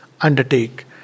undertake